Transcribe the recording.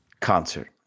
Concert